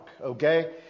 Okay